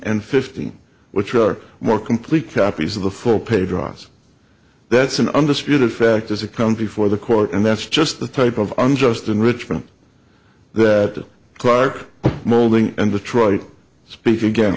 and fifteen which are more complete copies of the full page dross that's an undisputed fact as a company for the court and that's just the type of unjust enrichment that clark molding and the troika speak again